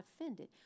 offended